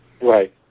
right